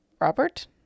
Robert